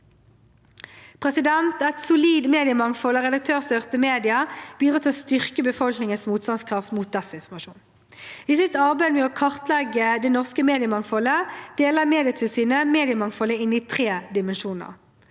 Et solid mediemangfold av redaktørstyrte medier bidrar til å styrke befolkningens motstandskraft mot desinformasjon. I sitt arbeid med å kartlegge det norske mediemangfoldet deler Medietilsynet mediemangfoldet inn i tre dimensjoner.